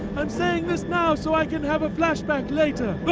i'm saying this now so i can have a flashback later!